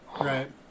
Right